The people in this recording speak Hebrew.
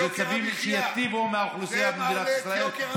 אלה צווים שיטיבו עם האוכלוסייה במדינת ישראל.